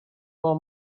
for